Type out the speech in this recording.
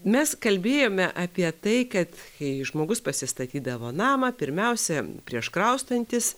mes kalbėjome apie tai kad kai žmogus pasistatydavo namą pirmiausia prieš kraustantis